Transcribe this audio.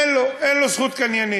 אין לו, אין לו זכות קניינית.